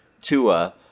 Tua